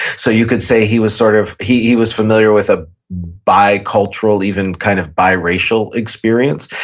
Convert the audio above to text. so you could say he was sort of he was familiar with a bicultural even kind of biracial experience.